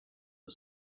the